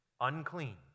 unclean